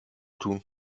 tun